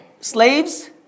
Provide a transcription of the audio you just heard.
Slaves